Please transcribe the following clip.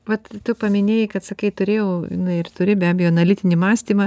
vat tu paminėjai kad sakai turėjau nu ir turi be abejo analitinį mąstymą